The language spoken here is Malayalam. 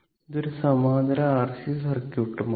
ഇത് ഒരു സമാന്തര R C സർക്യൂട്ടുമാണ്